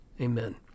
Amen